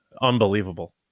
unbelievable